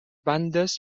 bandes